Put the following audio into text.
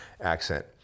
accent